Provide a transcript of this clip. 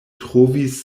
trovis